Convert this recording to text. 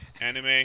anime